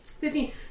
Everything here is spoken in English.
Fifteen